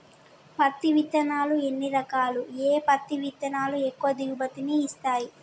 పత్తి విత్తనాలు ఎన్ని రకాలు, ఏ పత్తి విత్తనాలు ఎక్కువ దిగుమతి ని ఇస్తాయి?